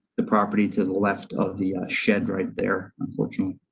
the property to the left of the shed, right there, unfortunately.